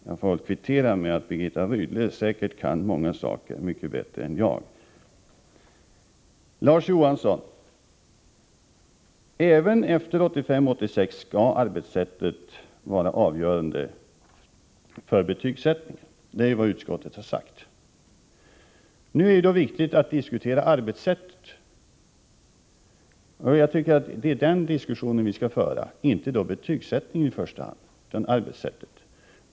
Jag får kvittera med att Birgitta Rydle säkert kan många saker mycket bättre än jag. Även efter 1985/86 skall arbetssättet vara avgörande för betygsättningen, Larz Johansson. Det är vad utskottet har sagt. Det är då viktigt att diskutera arbetssättet. Jag tycker att det är den diskussionen vi skall föra — inte diskutera betygsättningen i första hand utan arbetssättet.